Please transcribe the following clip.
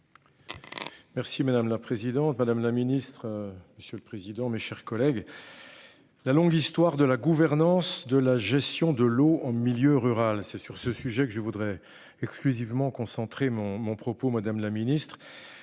Merci madame la présidente, madame la ministre. Monsieur le président, mes chers collègues. La longue histoire de la gouvernance de la gestion de l'eau en milieu rural. C'est sur ce sujet que je voudrais exclusivement concentré mon mon propos Madame la Ministre